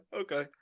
Okay